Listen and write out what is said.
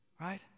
right